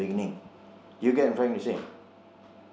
in the beginning do you get what I am trying to say